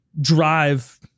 drive